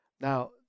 Now